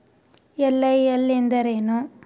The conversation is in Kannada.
ಎಲ್.ಐ.ಎಲ್ ಎಂದರೇನು?